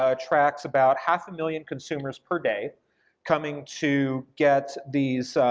ah tracks about half a million consumers per day coming to get these,